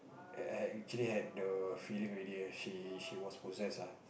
actually had the feeling already she she was possess ah